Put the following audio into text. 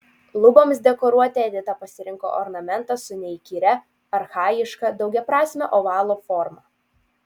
luboms dekoruoti edita pasirinko ornamentą su neįkyria archajiška daugiaprasme ovalo forma